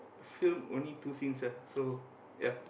film only two scenes ah so